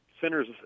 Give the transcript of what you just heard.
centers